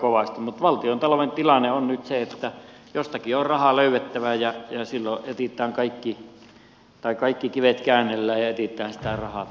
mutta valtiontalouden tilanne on nyt se että jostakin on rahaa löydettävä ja silloin kaikki kivet käännellään ja etsitään sitä rahaa tähän